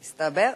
מסתבר.